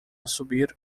subir